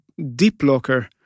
DeepLocker